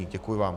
Děkuji vám.